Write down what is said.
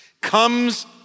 comes